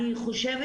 אני חושבת